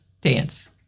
dance